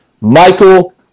Michael